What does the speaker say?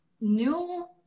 new